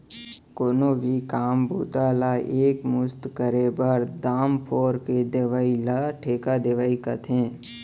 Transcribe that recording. कोनो भी काम बूता ला एक मुस्त करे बर, दाम फोर के देवइ ल ठेका देवई कथें